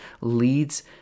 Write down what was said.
leads